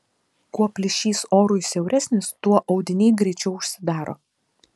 kuo plyšys orui siauresnis tuo audiniai greičiau užsidaro